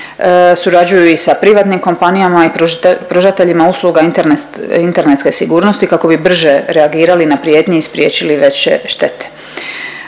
Surađuju i sa privatnim kompanijama i pružateljima usluga internetske sigurnosti kako bi brže reagirali na prijetnje i spriječili veće štete.